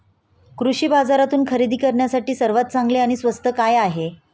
कृषी बाजारातून खरेदी करण्यासाठी सर्वात चांगले आणि स्वस्त काय आहे?